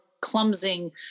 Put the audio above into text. clumsy